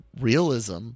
realism